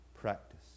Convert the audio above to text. practice